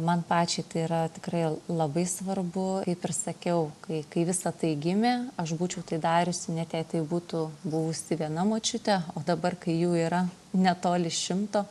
man pačiai tai yra tikrai labai svarbu kaip ir sakiau kai kai visa tai gimė aš būčiau tai dariusi net jei tai būtų buvusi viena močiutė o dabar kai jų yra netoli šimto